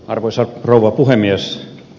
arvoisa rouva puhemies